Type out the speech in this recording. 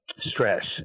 stress